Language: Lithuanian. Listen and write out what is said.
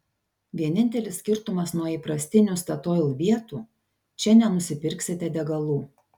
vienintelis skirtumas nuo įprastinių statoil vietų čia nenusipirksite degalų